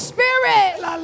Spirit